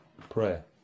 prayer